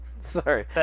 Sorry